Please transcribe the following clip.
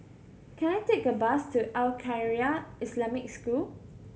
can I take a bus to Al Khairiah Islamic School